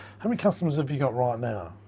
how many customers have you got, right now?